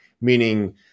meaning